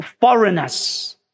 foreigners